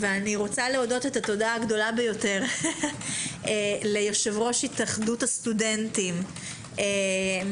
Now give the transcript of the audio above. אני מודה את התודה הגדולה ביותר ליושב-ראש התאחדות הסטודנטים מר